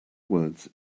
words